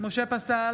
משה פסל,